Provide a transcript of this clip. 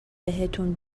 بهتون